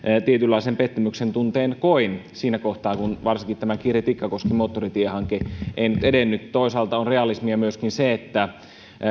tietynlaisen pettymyksentunteen koin siinä kohtaa kun varsinkaan tämä kirri tikkakoski moottoritiehanke ei nyt edennyt toisaalta on realismia myöskin se että